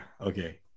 okay